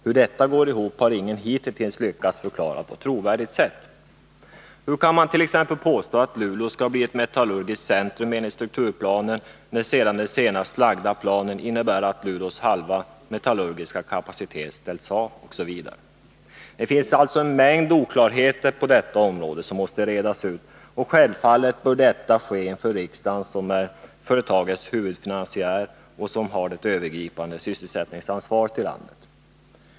Hur detta går ihop har ingen hitintills lyckats förklara på ett trovärdigt sätt. Hur kan man t.ex. påstå att Luleå skall bli ett metallurgiskt centrum enligt strukturplanen, när den senast presenterade planen innebär att Luleås halva metallurgiska kapacitet ställs av? Det finns alltså en mängd oklarheter på detta område som måste redas ut, och självfallet bör det ske inför riksdagen som är företagets huvudfinansiär och som har det övergripande sysselsättningsansvaret i landet.